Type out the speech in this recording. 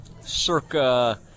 circa